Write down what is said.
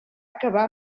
acabar